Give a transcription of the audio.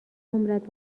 عمرت